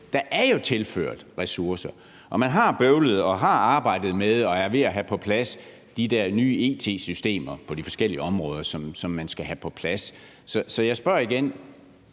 været til, tilført ressourcer, og man har bøvlet og man har arbejdet med det og er ved at have de der nye it-systemer på de forskellige områder på plads. Dem skal man have på plads. Så jeg spørger igen: